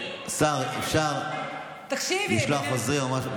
השר, אפשר לשלוח עוזרים או משהו?